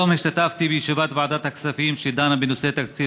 היום השתתפתי בישיבת ועדת הכספים שדנה בנושא תקציב